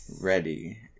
ready